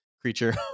creature